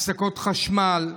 הפסקות חשמל,